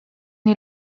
nii